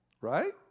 right